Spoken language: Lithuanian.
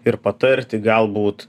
ir patarti galbūt